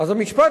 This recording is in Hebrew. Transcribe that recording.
המשפט